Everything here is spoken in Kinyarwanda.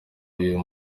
uyu